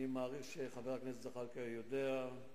אני מניח שחבר הכנסת זחאלקה יודע על